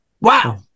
wow